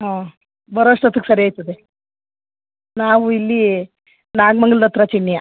ಹಾಂ ಬರೋ ಅಷ್ಟೊತ್ತಿಗೆ ಸರಿ ಆಯ್ತದೆ ನಾವು ಇಲ್ಲಿ ನಾಗ್ಮಂಗಲ್ದ ಹತ್ತಿರ ಚಿಣ್ಯ